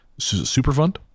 Superfund